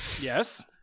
Yes